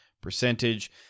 percentage